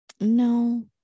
No